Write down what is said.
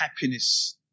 Happiness